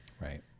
right